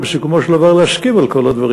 ובסיכומו של דבר להסכים על כל הדברים.